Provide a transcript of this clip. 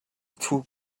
took